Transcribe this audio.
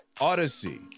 Odyssey